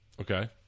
Okay